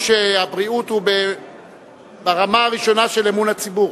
שהבריאות היא ברמה הראשונה של אמון הציבור.